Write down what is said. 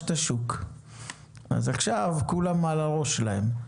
את השוק אז עכשיו כולם על הראש שלהם.